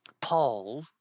Paul